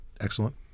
excellent